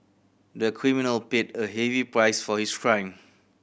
the criminal paid a heavy price for his crime